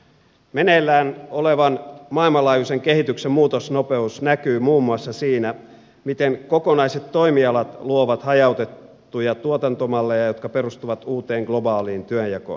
meneillään olevan maailmanlaajuisen kehityksen muutosnopeus näkyy muun muassa siinä miten kokonaiset toimialat luovat hajautettuja tuotantomalleja jotka perustuvat uuteen globaaliin työnjakoon